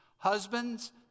Husbands